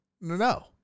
No